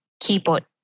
keyboard